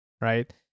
right